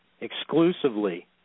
Exclusively